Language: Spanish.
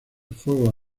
fuegos